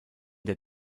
der